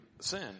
sin